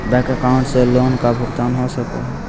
Bank account से loan का भुगतान हो सको हई?